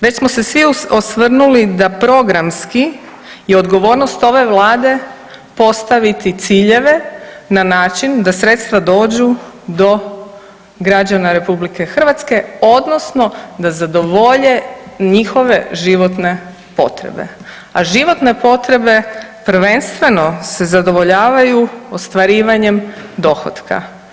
Već smo se svi osvrnuli da programski je odgovornost ove vlade postaviti ciljeve na način da sredstva dođu do građana RH odnosno da zadovolje njihove životne potrebe, a životne potrebe prvenstveno se zadovoljavaju ostvarivanjem dohotka.